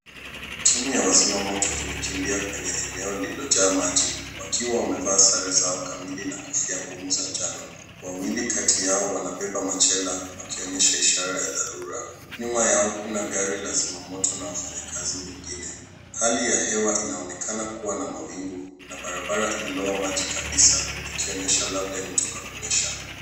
Timu ya wazima moto imekimbia kwenye eneo lililojaa maji wakiwa wamevaa sare zao kamili na kofia ngumu za njano. Wawili kati yao wanabeba machela wakionyesha ishara ya dharura. Nyuma yao kuna gari la zima moto na wafanyakazi wengine. Hali ya hewa inaonekana kuwa na mawingu na barabara imeloa maji kabisa ikionyesha labda imetoka kwenye shamba.